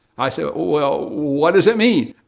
i said, oh, well, what does it mean?